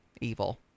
evil